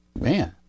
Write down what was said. man